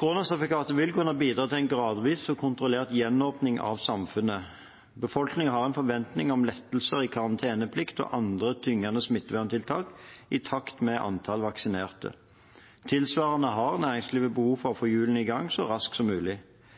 Koronasertifikatet vil kunne bidra til en gradvis og kontrollert gjenåpning av samfunnet. Befolkningen har en forventning om lettelser i karanteneplikt og andre tyngende smitteverntiltak i takt med antall vaksinerte. Tilsvarende har næringslivet behov for å